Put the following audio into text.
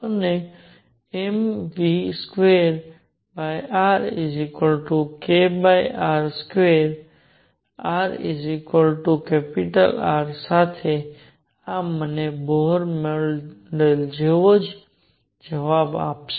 અને mv2rkr2 |rR સાથે આ મને બોહર મોડેલ જેવો જ જવાબ આપશે